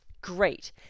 Great